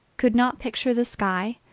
could not picture the sky,